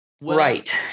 Right